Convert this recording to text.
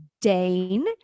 dane